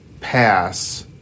pass